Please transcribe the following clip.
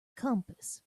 compass